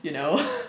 you know